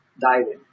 diving